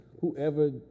Whoever